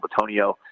Batonio